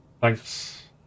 Thanks